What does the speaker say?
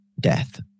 death